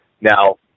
Now